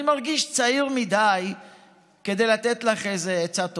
אני מרגיש צעיר מכדי לתת לך איזו עצה טובה,